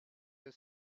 your